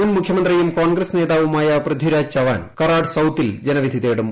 മുൻമുഖ്യമന്ത്രിയും കോൺഗ്രസ് നേതാവുമായ പൃഥിരാജ് ചവാൻ കറാഡ് സൌത്തിൽ ജനവിധി തേടും